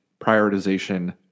prioritization